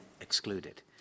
excluded